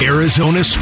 Arizona